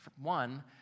One